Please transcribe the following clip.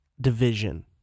division